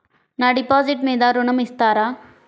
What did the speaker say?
నా డిపాజిట్ మీద ఋణం ఇస్తారా?